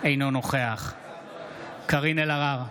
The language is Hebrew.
אינו נוכח קארין אלהרר,